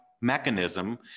mechanism